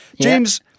James